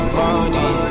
money